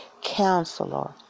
counselor